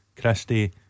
Christie